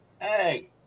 Hey